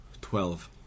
Twelve